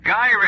Guy